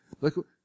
Look